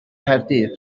nghaerdydd